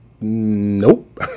Nope